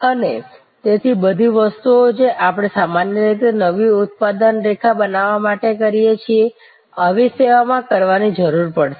અને તેથી બધી વસ્તુઓ જે આપણે સામાન્ય રીતે નવી ઉત્પાદન રેખા બનાવવા માટે કરીએ છીએ આવી સેવામાં કરવાની જરૂર પડશે